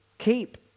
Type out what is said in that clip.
Keep